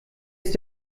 ist